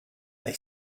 they